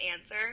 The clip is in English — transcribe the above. answer